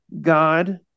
God